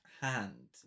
hand